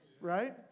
Right